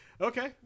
okay